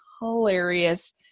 hilarious